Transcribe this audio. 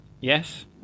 Yes